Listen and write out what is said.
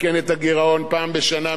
מתקנים פעם בשנתיים.